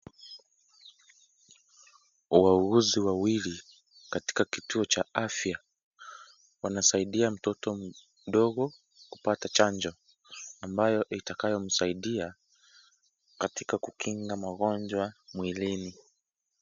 Wauguzi wawili katika kituo cha afya wanasaidia mtoto mdogo kupata chanjo ambayo inatayomsaidia katika kukinga magonjwa mwilini.